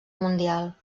mundial